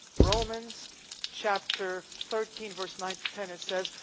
romans chapter thirteen verse nine ten. it says,